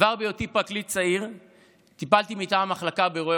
כבר בהיותי פרקליט צעיר טיפלתי מטעם המחלקה באירועי